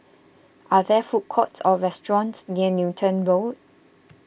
are there food courts or restaurants near Newton Road